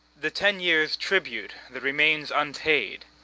the ten years' tribute that remains unpaid.